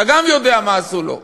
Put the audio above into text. אתה גם יודע מה עשו לו.